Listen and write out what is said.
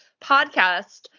podcast